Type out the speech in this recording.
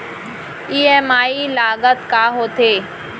EMI लागत का होथे?